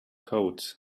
coat